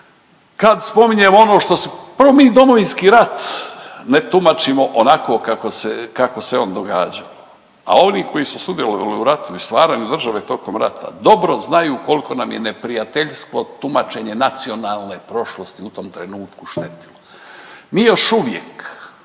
kad spominjemo ono što, prvo mi Domovinski rat ne tumačimo onako kako se on događao, a oni koji su sudjelovali u ratu i stvaranju države tokom rata dobro znaju kolko nam je neprijateljsko tumačenje nacionalne prošlosti u tom trenutku štetilo. Mi još uvijek